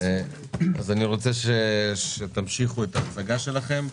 אני רוצה שתמשיכו את ההצגה שלכם.